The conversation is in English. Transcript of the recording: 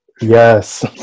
Yes